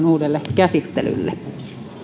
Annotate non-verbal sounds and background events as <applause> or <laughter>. <unintelligible> uudelle käsittelylle